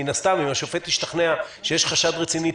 מן הסתם אם השופט ישתכנע שיש חשד רציני,